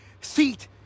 seat